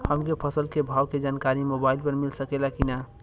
हमके फसल के भाव के जानकारी मोबाइल पर मिल सकेला की ना?